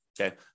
okay